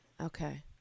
Okay